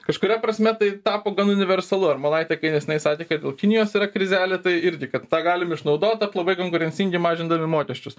kažkuria prasme tai tapo gan universalu armonaitė kai neseniai sakė kad dėl kinijos yra krizelė tai irgi kad tą galim išnaudot tapt labai konkurencingi mažindami mokesčius